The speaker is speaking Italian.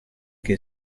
che